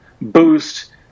boost